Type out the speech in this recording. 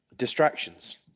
distractions